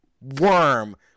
worm